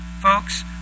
Folks